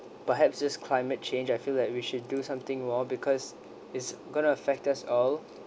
perhaps this climate change I feel that we should do something on it because it's going to affect us all